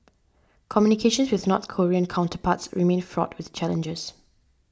communications with North Korean counterparts remain fraught with challenges